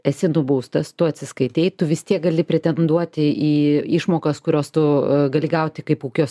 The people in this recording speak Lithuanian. esi nubaustas tu atsiskaitei tu vis tiek gali pretenduoti į išmokas kurios tu gali gauti kaip ūkio